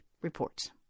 reports